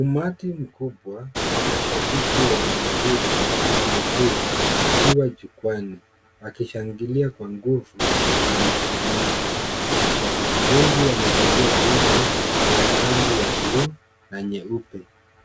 Umati mkubwa wa mashabiki wa mpira wa miguu wakiwa jukwaani wakishangilia kwa nguvu na msisimko. Mashabiki wengi wamevalia jezi ya rangi ya bluu na nyeupe